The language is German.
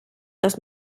dass